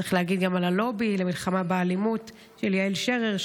צריך להגיד גם על הלובי למלחמה באלימות של יעל שרר,